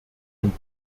und